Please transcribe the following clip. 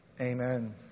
Amen